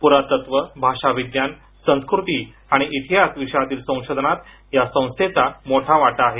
पुरातत्व भाषाविज्ञान संस्कृती आणि इतिहास विषयातील संशोधनात या संस्थेचा मोठा वाटा आहे